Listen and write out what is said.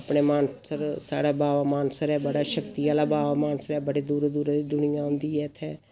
अपने मानसर साढ़े बाबा मानसर ऐ बड़ा शक्ति आह्ला बाबा मानसर ऐ बड़े दूरां दूरां दा दुनिया आंदी ऐ इत्थै